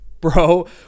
bro